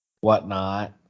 whatnot